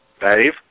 Dave